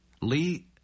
Lee